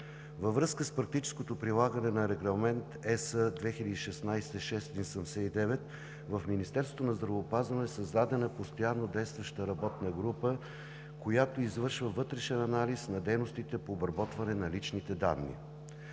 във връзка с практическото прилагане на Регламент (ЕС) 2016/679 в Министерството на здравеопазването е създадена постоянно действаща работна група, която извърши вътрешен анализ на дейностите по обработване на личните данни.